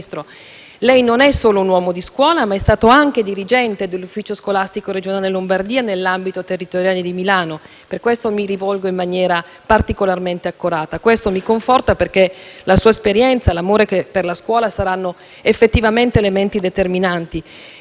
lei non è solo un uomo di scuola, ma è stato anche dirigente dell'ufficio scolastico regionale Lombardia nell'ambito territoriale di Milano, per questo mi rivolgo a lei in maniera particolarmente accorata. Questo mi conforta, perché la sua esperienza e l'amore per la scuola saranno effettivamente elementi determinanti